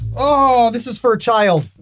oh this is for a child.